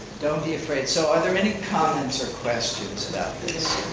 don't be afraid. so are there any comments or questions about this?